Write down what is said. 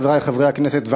חברי חברי הכנסת,